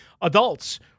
adults